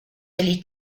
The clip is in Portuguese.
ele